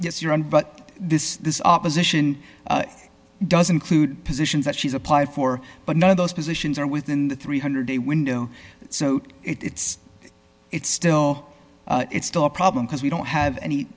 just your own but this this opposition doesn't clued positions that she's applied for but none of those positions are within the three hundred day window so it's it's still it's still a problem because we don't have any